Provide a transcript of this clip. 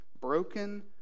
broken